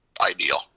ideal